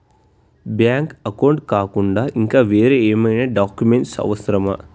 Bank account కాకుండా ఇంకా వేరే ఏమైనా డాక్యుమెంట్స్ అవసరమా?